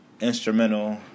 instrumental